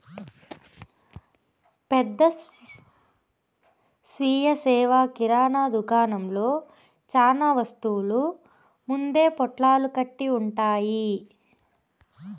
పెద్ద స్వీయ సేవ కిరణా దుకాణంలో చానా వస్తువులు ముందే పొట్లాలు కట్టి ఉంటాయి